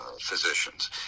physicians